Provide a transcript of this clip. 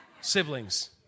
siblings